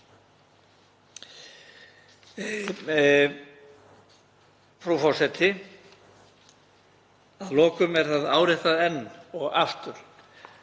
Frú forseti. Að lokum er það áréttað enn og aftur